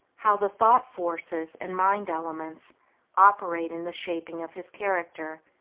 how the thought-forces and mind elements operate in the shaping of his character,